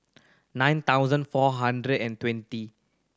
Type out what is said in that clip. nine thousand four hundred and twenty